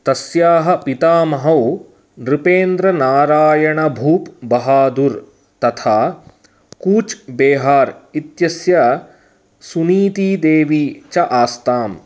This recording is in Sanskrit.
तस्याः पितामहौ नृपेन्द्रनारायणभूप् बहादुर् तथा कूच् बेहार् इत्यस्य सुनीतीदेवी च आस्ताम्